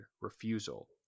refusal